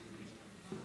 כבוד היושב-ראש,